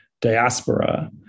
diaspora